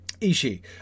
Ishi